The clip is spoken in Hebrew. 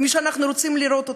כפי שאנחנו רוצים לראות אותה.